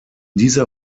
dieser